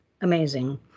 amazing